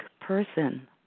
person